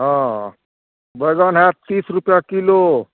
हाँ बैगन हैत तीस रुपैआ किलो